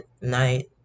night